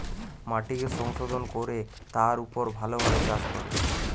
মাটিকে সংশোধন কোরে তার উপর ভালো ভাবে চাষ করে